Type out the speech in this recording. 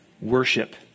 Worship